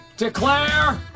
Declare